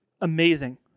amazing